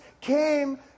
came